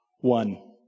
One